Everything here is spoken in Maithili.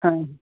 हँ